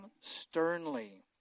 sternly